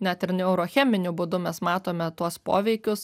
net ir neurocheminiu būdu mes matome tuos poveikius